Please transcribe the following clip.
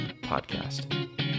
podcast